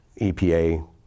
EPA